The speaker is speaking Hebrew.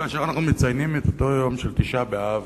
כאשר אנחנו מציינים את אותו יום של תשעה באב,